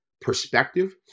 perspective